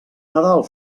nadal